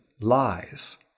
lies